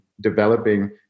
developing